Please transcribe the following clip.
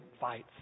fights